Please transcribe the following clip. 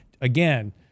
again